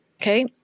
Okay